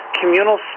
communal